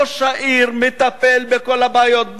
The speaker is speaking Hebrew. ראש העיר מטפל בכל הבעיות,